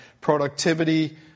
productivity